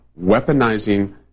weaponizing